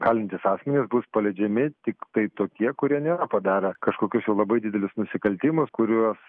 kalintys asmenys bus paleidžiami tiktai tokie kurie nėra padarę kažkokius jau labai didelius nusikaltimus kuriuos